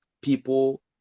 people